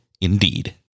Indeed